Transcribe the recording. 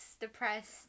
depressed